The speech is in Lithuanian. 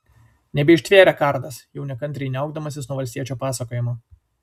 nebeištvėrė kardas jau nekantriai niaukdamasis nuo valstiečio pasakojimo